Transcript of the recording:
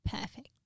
Perfect